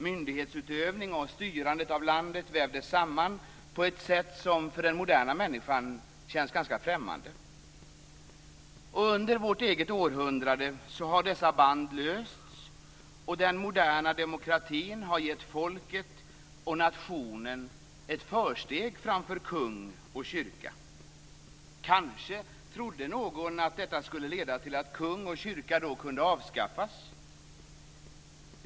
Myndighetsutövningen och styrandet av landet vävdes samman på ett sätt som för den moderna människan känns ganska främmande. Under vårt eget århundrade har dessa band lösts, och den moderna demokratin har gett folket och nationen ett försteg framför kung och kyrka. Kanske trodde några att detta skulle leda till att kung och kyrka då kunde avskaffas.